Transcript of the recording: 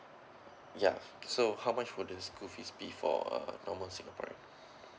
ya so how much would the school fees be for a normal singaporean